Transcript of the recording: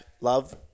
love